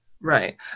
Right